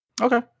Okay